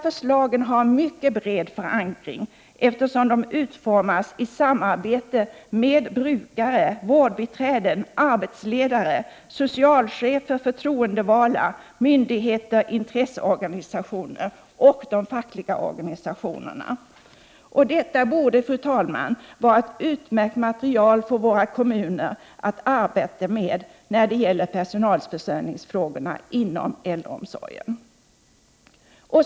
Förslagen har en mycket bred förankring, eftersom de utformats i samarbete med brukare, vårdbiträden, arbetsledare, socialchefer, förtroendevalda, myndigheter, intresseorganisationer och fackliga organisationer. Detta borde, fru talman, vara ett utmärkt material för våra kommuner att arbeta med när det gäller personalförsörjningsfrågorna inom äldreomsorgen.